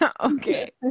Okay